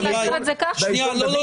לא,